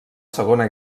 segona